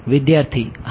વિદ્યાર્થી હા